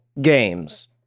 games